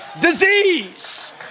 disease